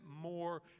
more